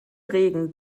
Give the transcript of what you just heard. regen